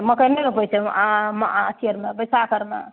मकइ नहि रोपै छै अथी आओरमे बैसाख आओरमे